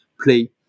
play